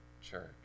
church